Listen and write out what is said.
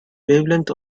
wavelength